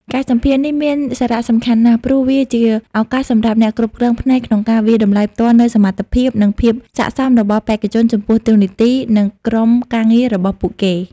ការសម្ភាសន៍នេះមានសារៈសំខាន់ណាស់ ព្រោះវាជាឱកាសសម្រាប់អ្នកគ្រប់គ្រងផ្នែកក្នុងការវាយតម្លៃផ្ទាល់នូវសមត្ថភាព និងភាពស័ក្តិសមរបស់បេក្ខជនចំពោះតួនាទី និងក្រុមការងាររបស់ពួកគេ។